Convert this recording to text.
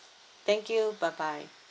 thank you bye bye